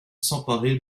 s’emparer